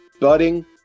budding